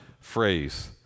phrase